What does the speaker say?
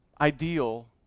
ideal